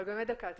אבל באמת דקה.